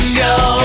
Show